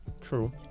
True